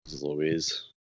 Louise